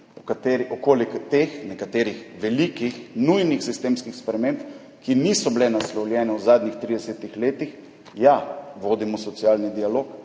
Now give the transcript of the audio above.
koalicije. Okoli teh nekaterih velikih, nujnih sistemskih sprememb, ki niso bile naslovljene v zadnjih 30 letih, ja, vodimo socialni dialog,